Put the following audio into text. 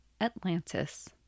Atlantis